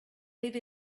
live